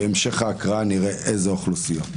בהמשך ההקראה נראה לאיזה אוכלוסיות.